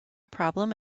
problem